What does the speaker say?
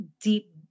deep